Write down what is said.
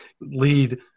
lead